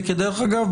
וכדרך אגב,